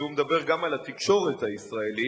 והוא מדבר גם על התקשורת הישראלית,